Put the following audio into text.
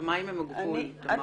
השמיים הם הגבול, תמר.